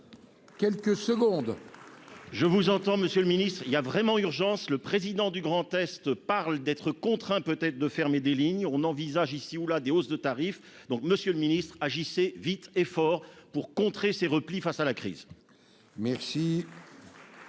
Je vous entends, monsieur le ministre, il y a vraiment urgence, le président du Grand-Est parle d'être contraint peut-être de fermer des lignes, on envisage ici ou là des hausses de tarifs, donc Monsieur le Ministre, agissez vite et fort pour contrer ces repli face à la crise, merci.